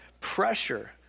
pressure